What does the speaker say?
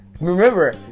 Remember